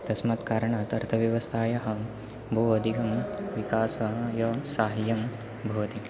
तस्मात् कारणात् अर्थव्यवस्थायाः बहु अधिकं विकासे सहायं भवति